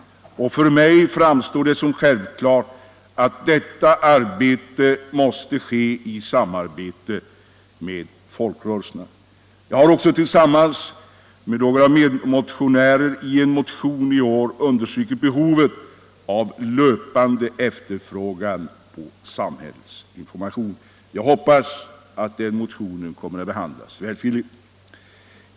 För mig framstår det som självklart att detta arbete måste ske i samarbete med folkrörelserna. Jag har tillsammans med några medmotionärer i en motion i år understrukit behovet av löpande efterfrågan på samhällsinformation. Jag hoppas den motionen skall behandlas välvilligt.